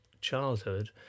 childhood